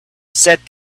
said